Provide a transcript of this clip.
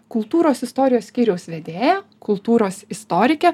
kultūros istorijos skyriaus vedėja kultūros istorikė